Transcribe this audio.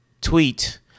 tweet